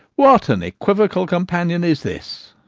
what an equivocal companion is this!